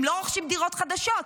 הם לא רוכשים דירות חדשות.